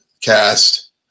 cast